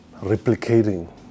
replicating